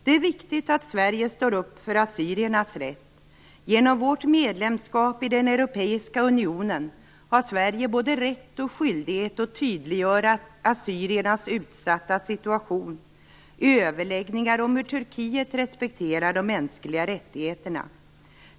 Det är viktigt att Sverige ställer upp för assyriernas rätt. Genom vårt medlemskap i EU har Sverige både rätt och skyldighet att tydliggöra assyriernas utsatta situation i överläggningar om hur Turkiet respekterar de mänskliga rättigheterna.